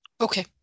Okay